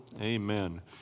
Amen